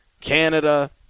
Canada